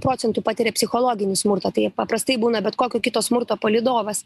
procentū patiria psichologinį smurtą tai paprastai būna bet kokio kito smurto palydovas